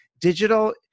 Digital